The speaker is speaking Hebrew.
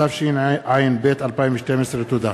התשע"ב 2012. תודה.